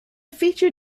feature